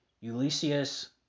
Ulysses